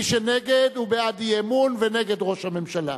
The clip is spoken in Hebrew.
ומי שנגד הוא בעד אי-אמון ונגד ראש הממשלה.